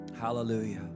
hallelujah